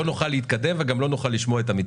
נוכל להתקדם וגם לא נוכל לשמוע את המתווה.